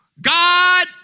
God